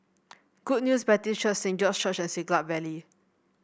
Good News Baptist Church Saint George of Church and Siglap Valley